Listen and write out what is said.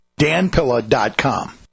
danpilla.com